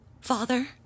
Father